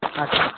ಹಾಂ ಸರ್